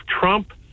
Trump